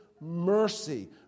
mercy